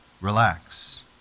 relax